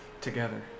Together